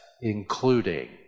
including